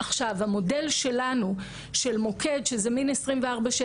אני מקווה שאתם מתקדמים בחשיבה.